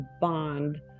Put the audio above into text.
bond